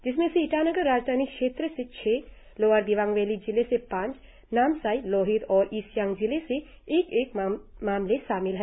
जिसमें से ईटानगर राजधानी क्षेत्र से छह लोअर दिवांग वैली जिले से पांच नामसाई लोहित और ईस्ट सियांग जिले से एक एक मामले शामिल है